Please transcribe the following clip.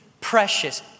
precious